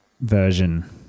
version